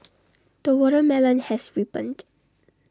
the watermelon has ripened